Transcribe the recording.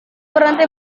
berhenti